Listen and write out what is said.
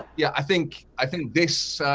yeah i think i think this.